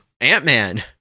Ant-Man